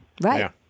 Right